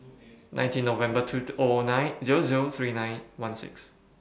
nineteen November two O O nine Zero Zero three nine one six